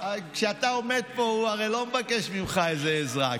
כשאתה עומד פה הוא לא מבקש ממך איזו עזרה.